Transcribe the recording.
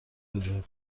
بده